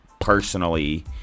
personally